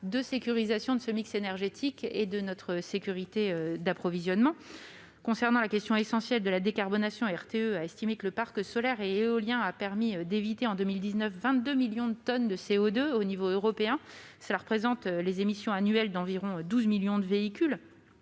de sécurisation de ce mix énergétique et de notre sécurité d'approvisionnement. Concernant la question essentielle de la décarbonation, RTE a estimé que le parc solaire et éolien a permis d'éviter en 2019 l'émission de 22 millions de tonnes de CO2 au niveau européen, soit les émissions annuelles d'environ 12 millions de véhicules.